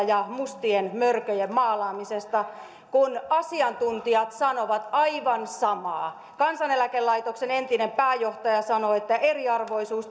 ja mustien mörköjen maalaamisesta kun asiantuntijat sanovat aivan samaa kansaneläkelaitoksen entinen pääjohtaja sanoo että eriarvoisuus